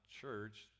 church